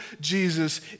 Jesus